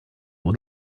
will